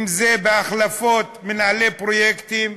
אם בהחלפות מנהלי פרויקטים,